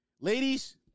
Ladies